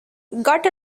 got